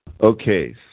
Okay